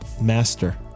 Master